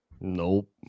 Nope